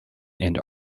and